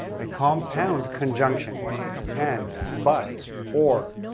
a compound conjunction and, but, or,